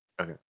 Okay